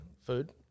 food